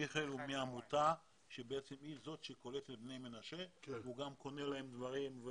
מיכאל הוא מהעמותה שהיא זאת שקולטת את בני מנשה והוא גם קונה להם דברים.